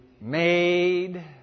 made